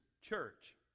church